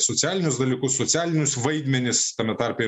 socialinius dalykus socialinius vaidmenis tame tarpe